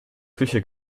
küche